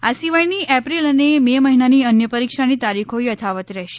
આ સિવાયની એપ્રિલ અને મે મહિનાની અન્ય પરીક્ષાની તારીખો યથાવત રહેશે